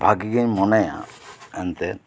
ᱵᱷᱟᱹᱜᱤᱜᱮᱧ ᱢᱚᱱᱮᱭᱟ ᱮᱱᱛᱮᱫ